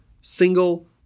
single